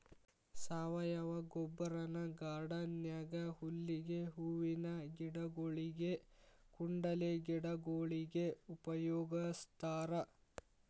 ಸಾವಯವ ಗೊಬ್ಬರನ ಗಾರ್ಡನ್ ನ್ಯಾಗ ಹುಲ್ಲಿಗೆ, ಹೂವಿನ ಗಿಡಗೊಳಿಗೆ, ಕುಂಡಲೆ ಗಿಡಗೊಳಿಗೆ ಉಪಯೋಗಸ್ತಾರ